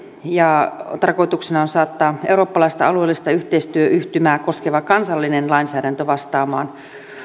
ja tarkoituksena on saattaa eurooppalaista alueellista yhteistyöyhtymää koskeva kansallinen lainsäädäntö vastaamaan